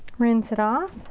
rinse it off.